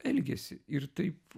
elgesį ir taip